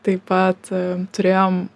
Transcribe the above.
taip pat turėjom